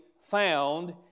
found